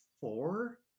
four